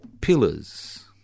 pillars